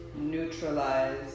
Neutralize